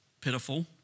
pitiful